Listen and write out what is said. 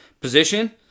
position